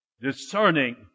Discerning